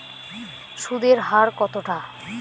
সুদের হার কতটা?